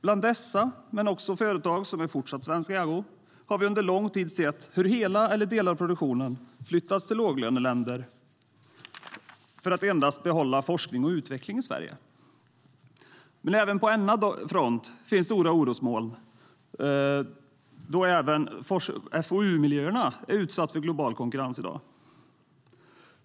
Bland dessa företag och även bland företag som fortfarande är i svensk ägo har vi under lång tid sett hur hela eller delar av produktionen flyttats till låglöneländer för att endast behålla forskning och utveckling i Sverige. Men på denna front finns stora orosmoln eftersom även FoU-miljöerna är utsatta för global konkurrens.